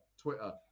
Twitter